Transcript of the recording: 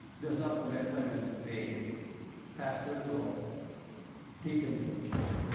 does not permit women to be pastors or deacons in the church,